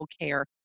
care